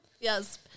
yes